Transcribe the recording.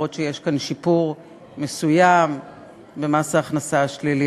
בגלל שיש כאן שיפור מסוים במס ההכנסה השלילי,